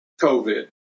COVID